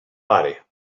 pare